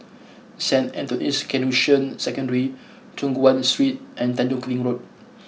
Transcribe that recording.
Saint Anthony's Canossian Secondary Choon Guan Street and Tanjong Kling Road